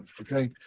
Okay